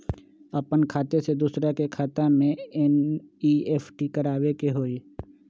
अपन खाते से दूसरा के खाता में एन.ई.एफ.टी करवावे के हई?